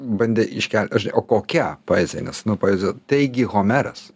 bandė iškel o kokia poezija nes nu poezijo taigi homeras